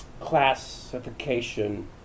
classification